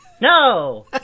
No